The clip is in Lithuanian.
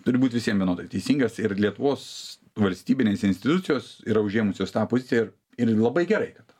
turi būt visiem vienodai teisingas ir lietuvos valstybinės institucijos yra užėmusios tą poziciją ir ir labai gerai kad